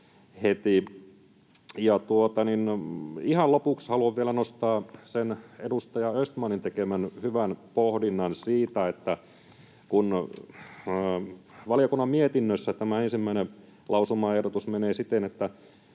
Ihan lopuksi haluan vielä nostaa sen edustaja Östmanin tekemän hyvän pohdinnan siitä, että kun valiokunnan mietinnössä tämä ensimmäinen lausumaehdotus menee siten, että